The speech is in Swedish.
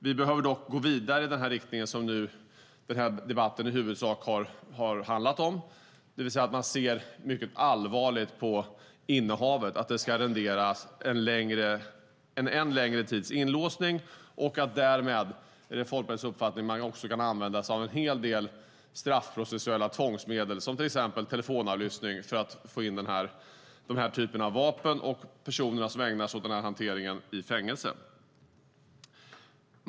Vi börjar dock gå vidare i den riktning som denna debatt i huvudsak har handlat om, det vill säga att man ser mycket allvarligt på innehavet, att det ska rendera en ännu längre tids inlåsning och att man därmed - det är Folkpartiets uppfattning - också kan använda sig av en hel del straffprocessuella tvångsmedel som till exempel telefonavlyssning för att få in den här typen av vapen och sätta de personer som ägnar sig åt den här hanteringen i fängelse.